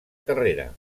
carrera